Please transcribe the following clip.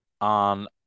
on